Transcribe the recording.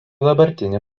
dabartinį